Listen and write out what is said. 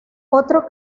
otro